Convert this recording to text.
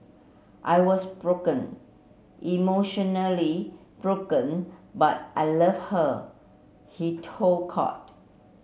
I was broken emotionally broken but I loved her he told court